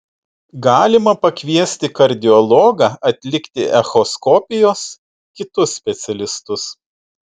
galima pakviesti kardiologą atlikti echoskopijos kitus specialistus